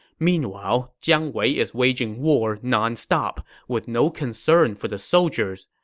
meanwhile, jiang wei is waging war nonstop, with no concern for the soldiers.